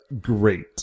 great